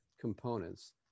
components